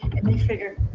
and they figure